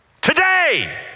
Today